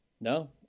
No